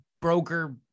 broker